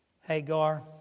Hagar